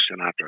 Sinatra